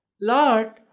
Lord